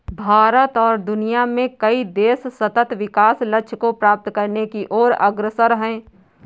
भारत और दुनिया में कई देश सतत् विकास लक्ष्य को प्राप्त करने की ओर अग्रसर है